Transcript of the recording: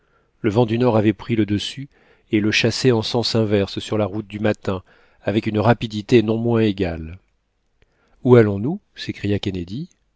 le vent du nord avait pris le dessus et le chassait en sens inverse sur la route du matin avec une rapidité non moins égale où allons-nous s'écria kennedy